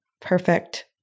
perfect